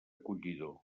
collidor